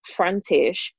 frontish